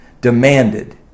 demanded